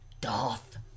Darth